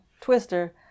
Twister